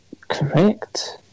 correct